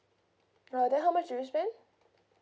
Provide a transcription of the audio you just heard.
uh then how much do you spend